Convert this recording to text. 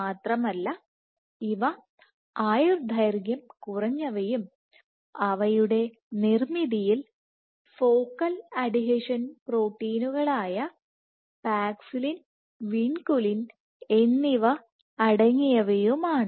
മാത്രമല്ല ഇവ ആയുർദൈർഘ്യം കുറഞ്ഞവയും അവയുടെ നിർമ്മിതിയിൽ ഫോക്കൽ അഡ്ഹീഷൻ പ്രോട്ടീനുകളായ പാക്സിലിൻ വിൻകുലിൻ എന്നിവ അടങ്ങിയവയും ആണ്